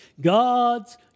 God's